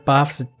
Buffs